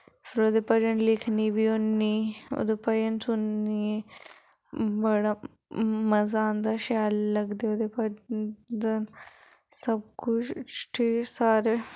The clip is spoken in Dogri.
फिर ओह्दे भजन लिखनी बी होन्नी ओह्दे भजन सुननी बड़ा मजा आंदा शैल लगदे ओह्दे भजन सब कुछ ठीक सारे